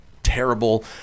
Terrible